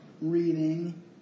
reading